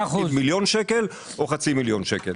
מפקיד מיליון שקלים או חצי מיליון שקלים.